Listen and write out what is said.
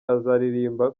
azaririmba